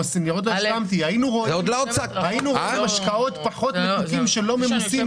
ראינו משקאות פחות מתוקים שלא ממוסים,